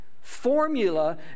formula